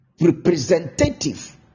representative